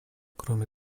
кроме